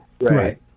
right